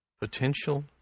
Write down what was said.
Potential